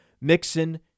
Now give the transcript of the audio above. Mixon